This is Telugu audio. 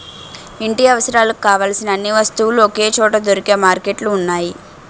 ఇంటి అవసరాలకు కావలసిన అన్ని వస్తువులు ఒకే చోట దొరికే మార్కెట్లు ఉన్నాయి